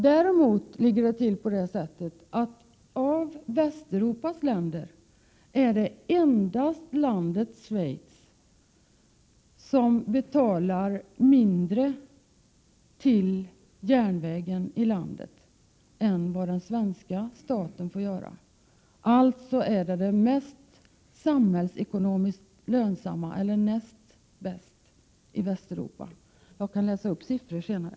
Däremot ligger det till så att av Västeuropas länder är det endast Schweiz som betalar mindre till järnvägen i landet än vad den svenska staten gör. Alltså är SJ samhällsekonomiskt det näst lönsammaste företaget på området i Västeuropa. Jag kan läsa upp siffror senare.